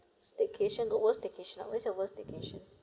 staycation got worst staycation what's your worst staycation